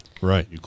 Right